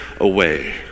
away